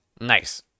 nice